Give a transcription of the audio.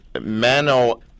mano